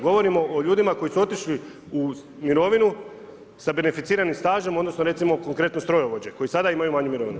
Govorimo o ljudima koji su otišli u mirovinu sa beneficiranim stažem, odnosno recimo konkretno strojovođe koji sada imaju manju mirovinu.